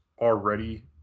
already